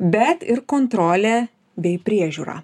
bet ir kontrolę bei priežiūrą